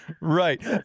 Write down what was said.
Right